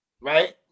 Right